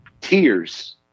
tears